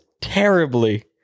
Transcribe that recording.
terribly